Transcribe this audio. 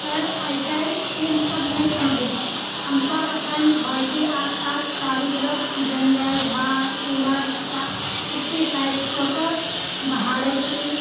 पर आइ काल्हि से सब नहि समझैत छै हमसब अपन घरके आसपास चारू तरफ जङ्गल झाड़ कूड़ा कचरा सबके साइड कऽ के बहारैत छी